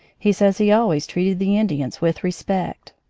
he says he always treated the indians with respect.